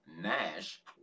Nash